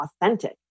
authentic